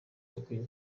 bakwiye